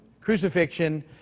crucifixion